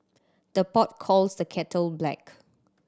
the pot calls the kettle black